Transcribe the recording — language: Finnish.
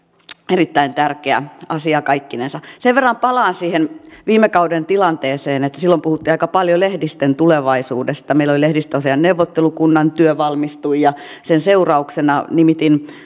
erittäin tärkeä asia kaikkinensa sen verran palaan siihen viime kauden tilanteeseen että silloin puhuttiin aika paljon lehdistön tulevaisuudesta meillä lehdistöasiain neuvottelukunnan työ valmistui ja sen seurauksena nimitin